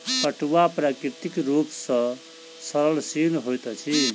पटुआ प्राकृतिक रूप सॅ सड़नशील होइत अछि